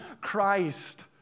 Christ